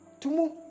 Tumu